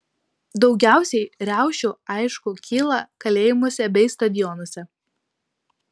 daugiausiai riaušių aišku kyla kalėjimuose bei stadionuose